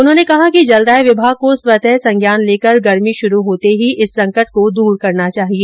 उन्होंने कहा कि जलदाय विभाग को स्वतः संज्ञान लेकर गर्मी शुरू होते ही इस संकट को दूर करना चाहिए